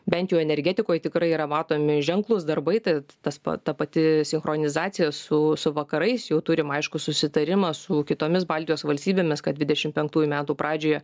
bent jau energetikoj tikrai yra matomi ženklūs darbai tai tas pat ta pati sinchronizacija su su vakarais jau turim aiškų susitarimą su kitomis baltijos valstybėmis kad dvidešimt penktųjų metų pradžioje